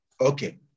Okay